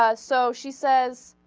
ah so she says